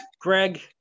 Greg